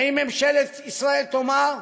האם ממשלת ישראל תאמר: